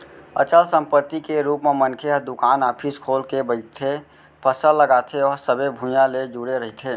अचल संपत्ति के रुप म मनखे ह दुकान, ऑफिस खोल के बइठथे, फसल लगाथे ओहा सबे भुइयाँ ले जुड़े रहिथे